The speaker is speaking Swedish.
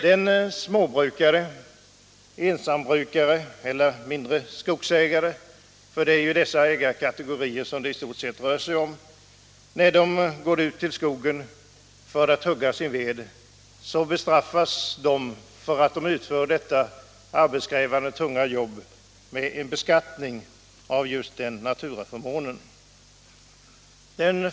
Den småbrukare, ensambrukare eller mindre skogsägare — det är ju dessa ägarkategorier det i stort sett rör sig om — som går ut i skogen för att hugga sin ved bestraffas för att han utför detta arbetskrävande och tunga jobb med en beskattning av just naturaförmånen.